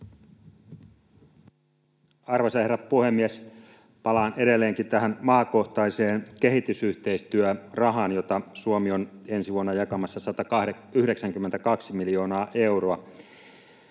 Arvoisa herra puhemies! Palaan edelleenkin tähän maakohtaiseen kehitysyhteistyörahaan, jota Suomi on ensi vuonna jakamassa 192 miljoonaa euroa.